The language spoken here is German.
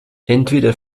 entweder